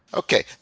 okay.